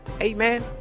Amen